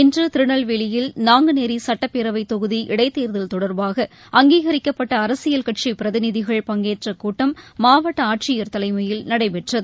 இன்று திருநெல்வேலியில் நாங்குநேரி சுட்டப்பேரவைத் தொகுதி இடைத் தேர்தல் தொடர்பாக அங்கீகரிக்கப்பட்ட அரசியல்கட்சி பிரதிநிதிகள் பங்கேற்ற கூட்டம் மாவட்ட ஆட்சியர் தலைமையில் நடைபெற்றது